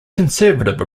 conservative